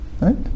right